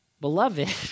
beloved